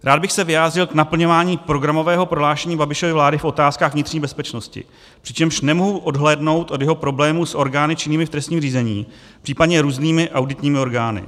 Rád bych se vyjádřil k naplňování programového prohlášení Babišovy vlády v otázkách vnitřní bezpečnosti, přičemž nemohu odhlédnout od jeho problémů s orgány činnými v trestním řízení, případně různými auditními orgány.